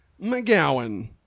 mcgowan